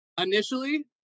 initially